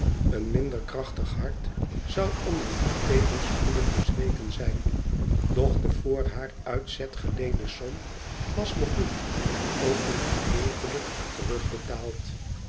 een minder krachtig hart zou onder die tegenspoeden bezweken zijn doch de voor haar uitzet geleende som was nog niet ook niet gedeeltelijk terugbetaald